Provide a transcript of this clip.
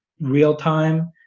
real-time